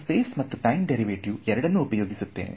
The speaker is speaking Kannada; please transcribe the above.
ನಾನು ಸ್ಪೇಸ್ ಮತ್ತು ಟೈಮ್ ಡೆರಿವೆಟಿವ್ ಎರಡನ್ನು ಉಪಯೋಗಿಸುತ್ತೇನೆ